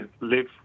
live